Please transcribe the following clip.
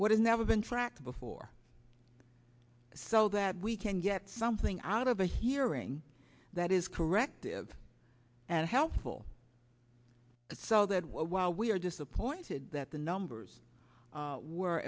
what has never been tracked before so that we can get something out of a hearing that is corrective and helpful so that while we are disappointed that the numbers we're